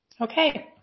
Okay